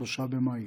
ב-3 במאי.